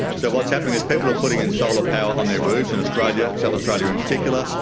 so what's happening is people are putting in solar power on their roofs in australia, south australia in particular,